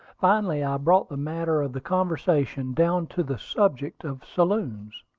finally i brought the matter of the conversation down to the subject of saloons.